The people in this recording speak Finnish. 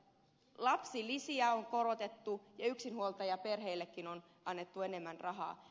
lapsilisiä on korotettu ja yksinhuoltajaperheillekin on annettu enemmän rahaa